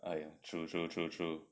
ah ya true true true